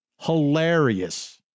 hilarious